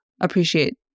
appreciate